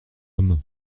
homme